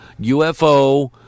UFO